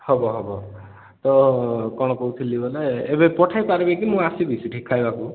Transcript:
ହେବ ହେବ ତ କ'ଣ କହୁଥିଲି ବୋଲେ ଏବେ ପଠେଇ ପାରିବେ କି ମୁଁ ଆସିବି ସେଠିକି ଖାଇବାକୁ